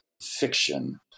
fiction